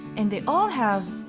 and they all have,